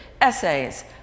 essays